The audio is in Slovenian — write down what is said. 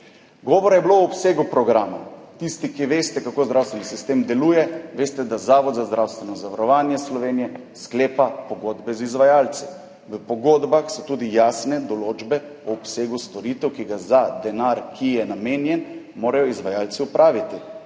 Govora je bilo o obsegu programa. Tisti, ki veste, kako zdravstveni sistem deluje, veste, da Zavod za zdravstveno zavarovanje Slovenije sklepa pogodbe z izvajalci. V pogodbah so tudi jasne določbe o obsegu storitev, ki jih za denar, ki je namenjen, morajo izvajalci opraviti.